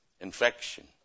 Infection